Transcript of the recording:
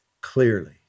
clearly